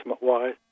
wise